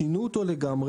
שינו אותו לגמרי.